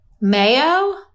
Mayo